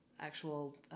Actual